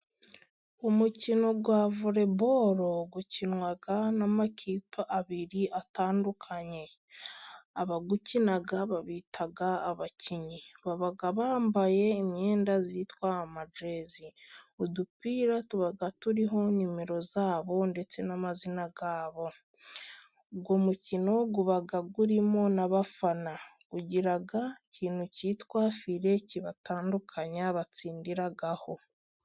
Umukino wa voreboro ukinwa n'amakipe abiri atandukanye. Abawukina babita abakinnyi. Baba bambaye imyenda yitwa amajezi. Udupira tuba turiho nimero zabo ndetse n'amazina yabo. Uyu mukino uba urimo n'abafana. Ugira ikintu cyitwa file kibatandukanya batsindiraho.